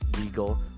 legal